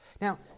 Now